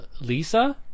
Lisa